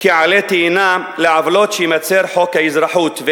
עלה תאנה לעוולות שחוק האזרחות מייצר,